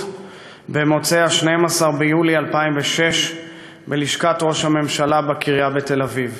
במוצאי 12 ביולי 2006 בלשכת ראש הממשלה בקריה בתל-אביב.